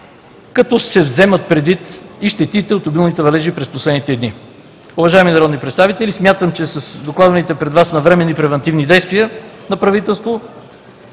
като се вземат предвид и щетите от обилните валежи през последните дни. Уважаеми народни представители, смятам, че с докладваните пред Вас навременни превантивни действия на правителството,